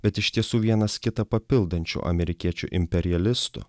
bet iš tiesų vienas kitą papildančių amerikiečių imperialistų